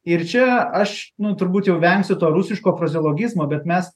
ir čia aš nu turbūt jau vengsiu to rusiško frazeologizmo bet mes